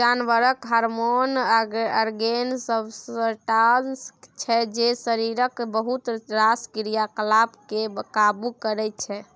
जानबरक hormone organic substance छै जे शरीरक बहुत रास क्रियाकलाप केँ काबु करय छै